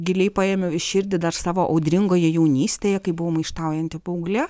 giliai paėmiau į širdį dar savo audringoje jaunystėje kai buvau maištaujanti paauglė